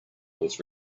was